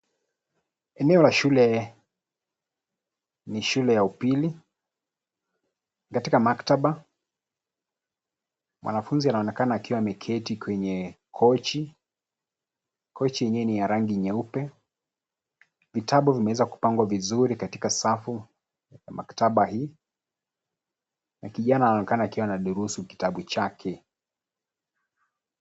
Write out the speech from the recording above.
Eneo la shule. Ni shule ya upili katika maktaba. Mwanafunzi anaonekana akiwa ameketi kwenye kochi. Kochi yenyewe ni ya rangi nyeupe. Vitabu vimeweza kupangwa vizuri katika safu ya maktaba hii na kijana anaonekana akiwa anadurusu kitabu chake.